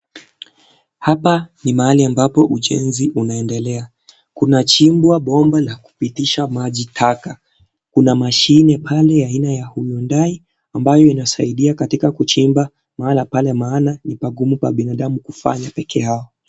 Hapa ni mahali ambapo ujenzi unaendelea. Kunachimbwa bomba la kupitisha maji taka. Kuna machine pale aina ya Uundai ambayo inasaidia katika kuchimba mahali pale maana ni pa kulipa binadamu kufanya peke yao.